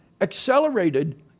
accelerated